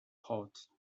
port